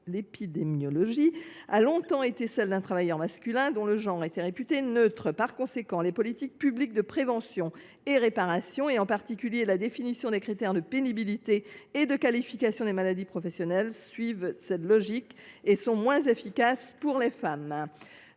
l’épidémiologie ait longtemps été celle d’un travailleur masculin dont le genre était réputé neutre : les politiques publiques de prévention et réparation – en particulier la définition des critères de pénibilité et de qualification des maladies professionnelles – suivent cette logique et sont moins efficaces pour les femmes.